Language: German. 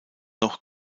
noch